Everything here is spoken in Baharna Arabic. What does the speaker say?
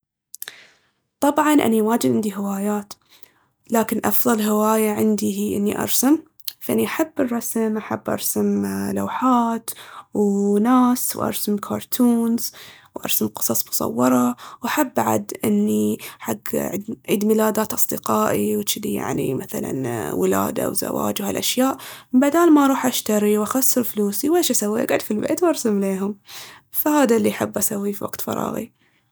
طبعاٌ أني واجد عندي هوايات لكن أفضل هواية عندي هي إني أرسم. فأني أحب الرسم أحب أرسم لوحات وناس وأرسم كارتونز وأرسم قصص مصورة وأحب بعد إني حتى عيد ميلادات أصدقائي وجدي يعني مثلاً ولادة وزواج وهالأشياء. بدال ما أروح أشتري وأخسر فلوسي، ويش أسوي؟ أقعد في البيت وأرسم ليهم. فهادا اللي أحب أسويه في وقت فراغي.